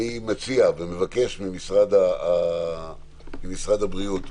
אני מבקש ממשרד הבריאות,